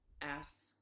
Ask